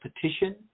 petition